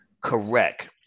Correct